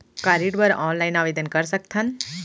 का ऋण बर ऑनलाइन आवेदन कर सकथन?